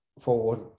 forward